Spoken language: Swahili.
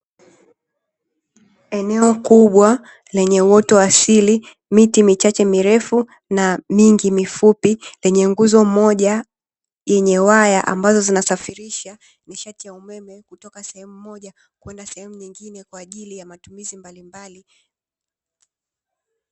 Eneo kubwa lenye uoto wa asili, miti michache mirefu na mingi mifupi; lenye nguzo moja yenye waya ambazo zinasafirisha nishati ya umeme kutoka sehemu moja kwenda sehemu nyingine, kwa ajili ya matumizi mbalimbali.